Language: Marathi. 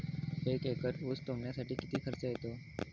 एक एकर ऊस तोडणीसाठी किती खर्च येतो?